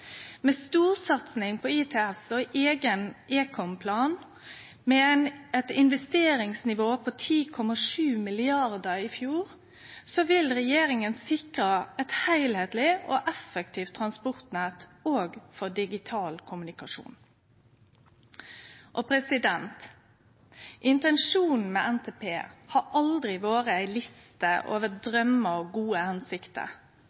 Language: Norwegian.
Med storsatsing på ITS og ein eigen ekom-plan med eit investeringsnivå på 10,7 mrd. kr i fjor vil regjeringa sikre eit heilskapleg og effektivt transportnett òg for digital kommunikasjon. Intensjonen med NTP har aldri vore ei liste over draumar og gode hensikter.